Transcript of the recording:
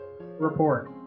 report